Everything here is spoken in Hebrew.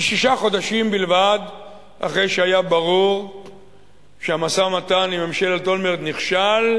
כשישה חודשים בלבד אחרי שהיה ברור שהמשא-ומתן עם ממשלת אולמרט נכשל,